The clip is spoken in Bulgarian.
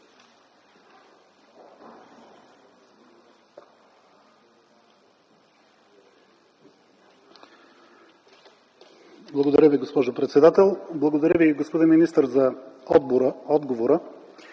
Благодаря Ви, госпожо председател. Благодаря Ви, господин министър, за отговора.